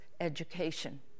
education